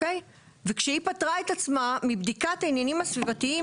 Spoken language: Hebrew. וכשהיא פטרה את עצמה מבדיקת העניינים הסביבתיים